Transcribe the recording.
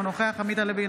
אינו נוכח עמית הלוי,